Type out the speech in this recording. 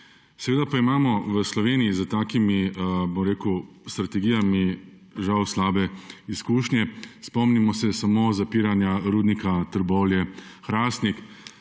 Seveda pa imamo v Sloveniji s takimi strategijami žal slabe izkušnje. Spomnimo se samo zapiranja Rudnika Trbovlje-Hrastnik.